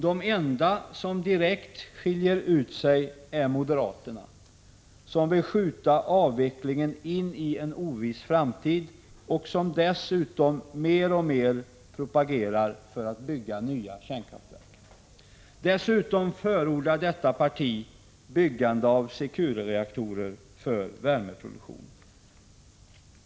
De enda som direkt skiljer ut sig är moderaterna, som vill skjuta avvecklingen in i en oviss framtid och som dessutom mer och mer propagerar för att bygga nya kärnkraftverk. Dessutom förordar detta parti byggande av Securereaktorer för värmeproduktion.